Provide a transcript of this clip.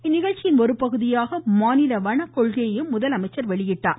இந்நிகழ்ச்சியின் ஒருபகுதியாக மாநில வனக்கொள்கையையும் முதலமைச்சர் வெளியிட்டார்